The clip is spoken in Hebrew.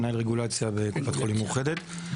מנהל רגולציה בקופת חולים מאוחדת.